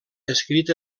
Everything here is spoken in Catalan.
escrit